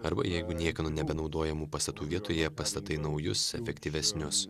arba jeigu niekieno nebenaudojamų pastatų vietoje pastatai naujus efektyvesnius